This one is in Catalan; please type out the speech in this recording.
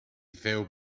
feu